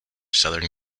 southern